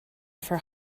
for